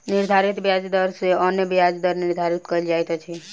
निर्धारित ब्याज दर सॅ अन्य ब्याज दर निर्धारित कयल जाइत अछि